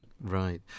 right